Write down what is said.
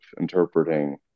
interpreting